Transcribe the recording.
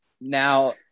Now